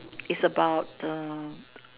it's about um